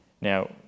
now